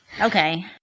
Okay